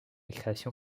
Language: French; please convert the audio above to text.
création